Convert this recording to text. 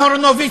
השר אהרונוביץ,